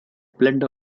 blend